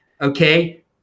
okay